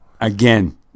again